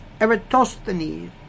Eratosthenes